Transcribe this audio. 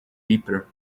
deeper